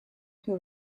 who